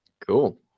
Cool